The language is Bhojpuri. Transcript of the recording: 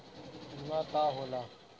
बीमा का होला?